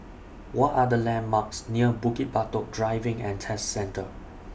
What Are The landmarks near Bukit Batok Driving and Test Centre